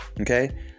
Okay